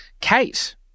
Kate